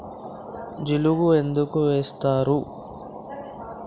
జిలుగు ఎందుకు ఏస్తరు?